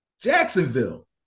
Jacksonville